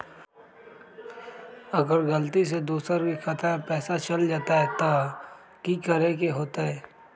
अगर गलती से दोसर के खाता में पैसा चल जताय त की करे के होतय?